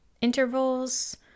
intervals